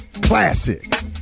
Classic